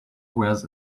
wears